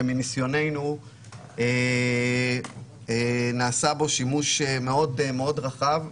ומניסיוננו נעשה בו שימוש מאוד רחב,